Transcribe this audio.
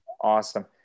Awesome